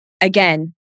again